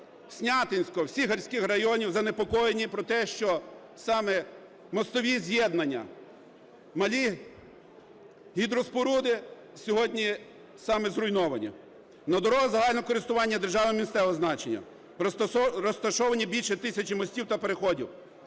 Снятинського, всіх гірських районів, занепокоєні про те, що саме мостові з'єднання, малі гідроспоруди сьогодні саме зруйновані. На дорогах загального користування державного місцевого значення розташовані більше тисячі мостів та переходів.